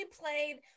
played